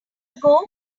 ago